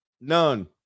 None